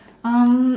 um